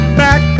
back